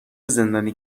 زندانی